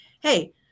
hey